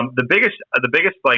um the biggest ah the biggest, like,